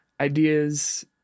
ideas